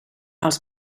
els